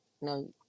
No